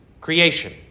creation